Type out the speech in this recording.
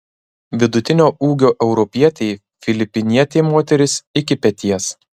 vidutinio ūgio europietei filipinietė moteris iki peties